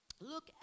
Look